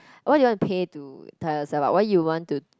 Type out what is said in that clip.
why you want to pay to tie yourself up why you want to